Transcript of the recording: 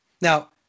Now